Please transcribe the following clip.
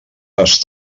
les